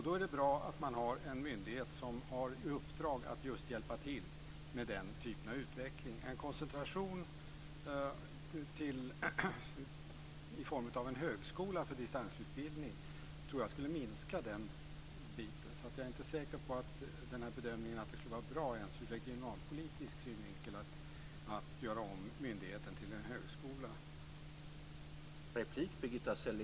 Då är det bra att det finns en myndighet som har i uppdrag att hjälpa till med den typen av utveckling. En koncentration i form av en högskola för distansutbildning skulle minska den biten. Jag är inte säker på bedömningen att det skulle vara bra ur regionalpolitisk synvinkel att göra om myndigheten till en högskola.